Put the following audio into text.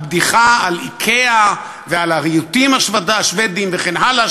הבדיחה על "איקאה" ועל הרהיטים השבדיים וכן הלאה,